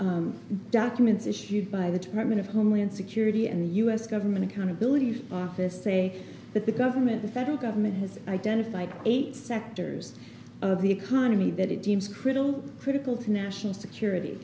documents issued by the department of homeland security and the us government accountability office say that the government the federal government has identified eight sectors of the economy that it deems critical critical to national security